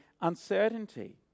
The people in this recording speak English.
uncertainty